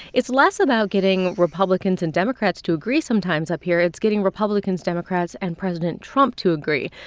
it's less about getting republicans and democrats to agree sometimes up here. it's getting republicans, democrats and president trump to agree.